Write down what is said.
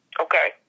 Okay